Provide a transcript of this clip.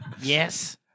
Yes